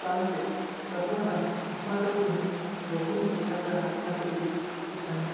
प्रान्ते प्रथमतः अस्माकं गृहे बहवः छात्राः छात्राः तिष्ठन्ति